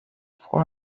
for